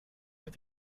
have